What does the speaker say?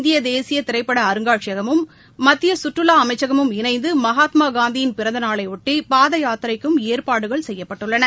இந்திய தேசிய திரைப்பட அருங்காட்சியகமும் மத்திய கற்றுலா அமைச்சகமும் இணைந்து மகாத்மா காந்தியின் பிறந்த நாளையொட்டி பாதயாத்திரைக்கும் ஏற்பாடுகள் செய்யப்பட்டள்ளன